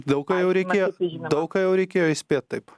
daug ką jau reikėjo daug ką jau reikėjo įspėt taip